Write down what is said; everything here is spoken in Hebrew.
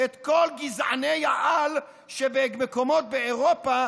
את כל גזעני העל שבמקומות באירופה